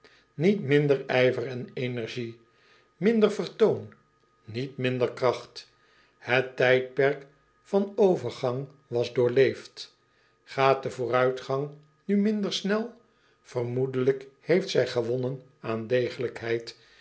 niet minder ijver en energie minder vertoon niet minder kracht et tijdperk van overgang was doorleefd aat de vooruitgang nu minder snel vermoedelijk heeft zij gewonnen aan degelijkheid